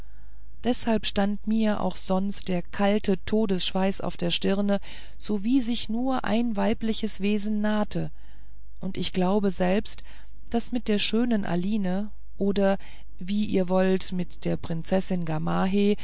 deshalb stand mir auch sonst der kalte todesschweiß auf der stirne sowie sich nur ein weibliches wesen nahte und ich glaube selbst daß mit der schönen aline oder wie ihr wollt mit der prinzessin